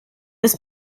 ist